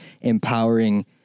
empowering